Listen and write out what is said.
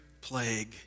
plague